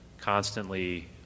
constantly